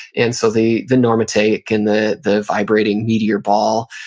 and so the the normatec and the the vibrating meteor ball,